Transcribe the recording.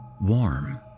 warm